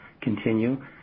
continue